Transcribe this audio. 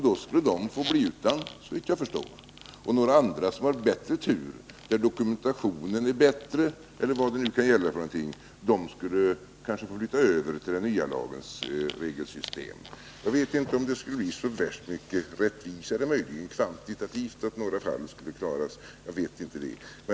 Då skulle dessa människor, såvitt jag förstår, få bli utan ersättning, medan andra som har bättre tur, där dokumentationen är bättre eller vad det kan gälla för någonting, kanske skulle få flyttas över till den nya lagens regelsystem. Jag vet inte om det skulle bli så värst mycket rättvisare, möjligen kvantitativt. Kanske några fler fall skulle klaras — jag vet 6 inte det.